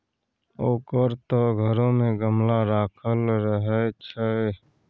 ओकर त घरो मे गमला राखल रहय छै